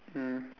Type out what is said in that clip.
mm